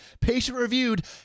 patient-reviewed